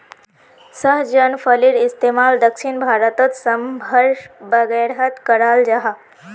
सहजन फलिर इस्तेमाल दक्षिण भारतोत साम्भर वागैरहत कराल जहा